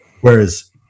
Whereas